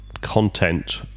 content